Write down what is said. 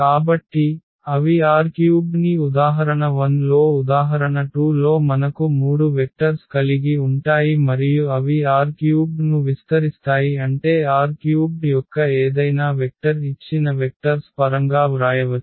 కాబట్టి అవి R³ ని ఉదాహరణ 1 లో ఉదాహరణ 2 లో మనకు మూడు వెక్టర్స్ కలిగి ఉంటాయి మరియు అవి R³ ను విస్తరిస్తాయి అంటే R³ యొక్క ఏదైనా వెక్టర్ ఇచ్చిన వెక్టర్స్ పరంగా వ్రాయవచ్చు